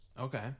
okay